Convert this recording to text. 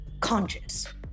conscious